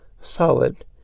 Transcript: solid